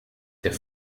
der